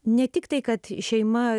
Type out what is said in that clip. ne tik tai kad šeima